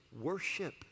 worship